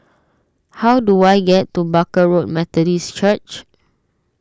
how do I get to Barker Road Methodist Church